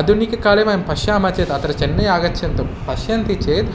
आधुनिककाले वयं पश्यामः चेत् अत्र चेन्नै आगच्छन्तु पश्यन्ति चेत्